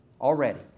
already